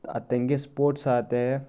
तेंगे स्पोर्ट्स आसा ते